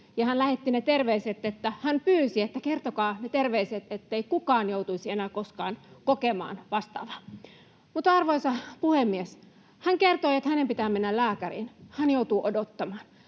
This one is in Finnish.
hän pyysi, että kertokaa ne terveiset, ettei kukaan joutuisi enää koskaan kokemaan vastaavaa. Mutta, arvoisa puhemies, hän kertoi, että hänen pitää mennä lääkäriin ja hän joutuu odottamaan.